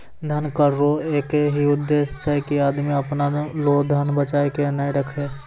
धन कर रो एक ही उद्देस छै की आदमी अपना लो धन बचाय के नै राखै